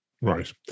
Right